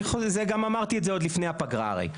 זה גם אמרתי את זה עוד לפני הפגרה הרי.